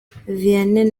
vianney